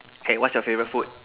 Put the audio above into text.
okay what is your favourite food